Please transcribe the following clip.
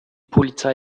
polizei